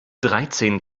dreizehn